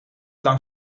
lang